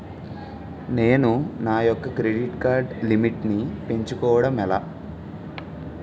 నేను నా యెక్క క్రెడిట్ కార్డ్ లిమిట్ నీ పెంచుకోవడం ఎలా?